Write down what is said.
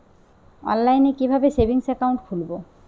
অনলাইনে কিভাবে savings account খুলবো?